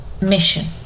mission